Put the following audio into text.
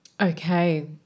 Okay